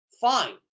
fine